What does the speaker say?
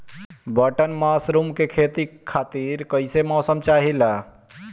Button mushroom के खेती खातिर कईसे मौसम चाहिला?